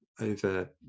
over